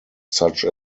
such